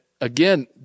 again